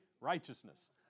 Righteousness